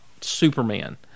Superman